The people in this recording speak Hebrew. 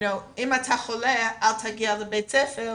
'אם אתה חולה אל תגיע לבית הספר'